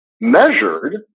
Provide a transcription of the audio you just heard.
measured